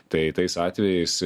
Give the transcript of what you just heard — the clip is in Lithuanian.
tai tais atvejais